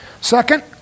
second